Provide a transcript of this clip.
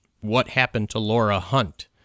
what-happened-to-Laura-Hunt